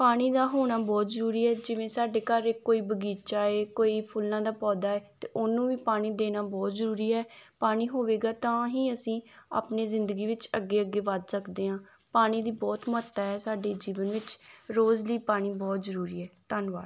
ਪਾਣੀ ਦਾ ਹੋਣਾ ਬਹੁਤ ਜ਼ਰੂਰੀ ਹੈ ਜਿਵੇਂ ਸਾਡੇ ਘਰ ਕੋਈ ਬਗੀਚਾ ਹੈ ਕੋਈ ਫੁੱਲਾਂ ਦਾ ਪੌਦਾ ਹੈ ਅਤੇ ਉਹਨੂੰ ਵੀ ਪਾਣੀ ਦੇਣਾ ਬਹੁਤ ਜ਼ਰੂਰੀ ਹੈ ਪਾਣੀ ਹੋਵੇਗਾ ਤਾਂ ਹੀ ਅਸੀਂ ਆਪਣੇ ਜ਼ਿੰਦਗੀ ਵਿੱਚ ਅੱਗੇ ਅੱਗੇ ਵੱਧ ਸਕਦੇ ਹਾਂ ਪਾਣੀ ਦੀ ਬਹੁਤ ਮਹੱਤਤਾ ਹੈ ਸਾਡੇ ਜੀਵਨ ਵਿੱਚ ਰੋਜ਼ ਲਈ ਪਾਣੀ ਬਹੁਤ ਜ਼ਰੂਰੀ ਹੈ ਧੰਨਵਾਦ